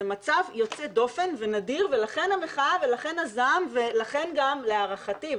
זה מצב יוצא דופן ונדיר ולכן המחאה ולכן הזעם ולכן גם להערכתי,